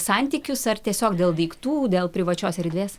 santykius ar tiesiog dėl daiktų dėl privačios erdvės